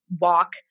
walk